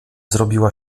zrobiła